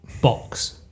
box